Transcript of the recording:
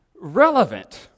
relevant